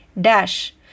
Dash